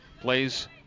plays